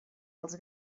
els